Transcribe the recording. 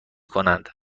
کنند